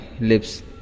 lips